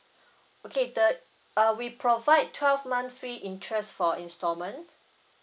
okay the uh we provide twelve month free interest for installment